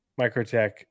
Microtech